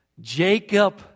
Jacob